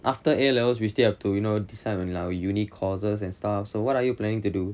after A levels we still have to you know decide when our university courses and stuff so what are you planning to do